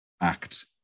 act